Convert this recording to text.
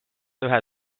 ühe